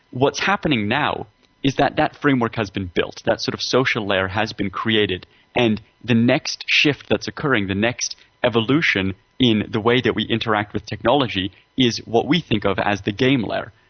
what's happening now is that that framework has been built, that sort of social layer has been created and the next shift that's occurring, the next evolution in the way that we interact with technology is what we think of as the game layer,